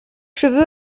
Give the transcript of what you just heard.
cheveux